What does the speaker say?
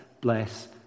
bless